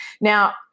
Now